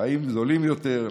חיים זולים יותר,